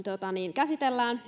käsitellään